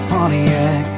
Pontiac